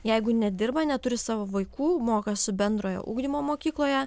jeigu nedirba neturi savo vaikų mokosi bendrojo ugdymo mokykloje